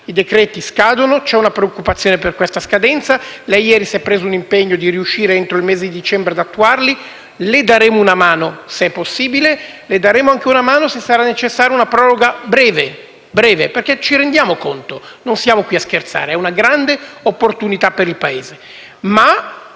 I decreti scadono e c'è una preoccupazione per questa scadenza. Lei ieri si è preso l'impegno di riuscire, entro il mese di dicembre, ad attuarli; le daremo una mano, se è possibile. Le daremo anche una mano se sarà necessaria una proroga breve, perché ci rendiamo conto non siamo qui a scherzare. È una grande opportunità per il Paese,